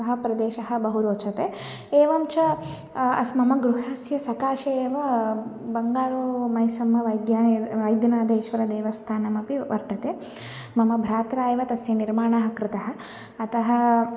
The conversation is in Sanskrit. सः प्रदेशः बहु रोचते एवं च अस् मम गृहस्य सकाशे एव बन्गारू मैसम्म वैग्यानिद् वैद्यनाथेश्वर देवस्थानमपि वर्तते मम भ्रात्रा एव तस्य निर्माणः कृतः अतः